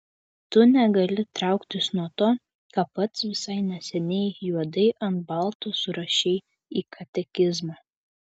tu negali trauktis nuo to ką pats visai neseniai juodai ant balto surašei į katekizmą